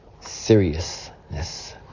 seriousness